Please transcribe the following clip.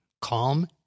calm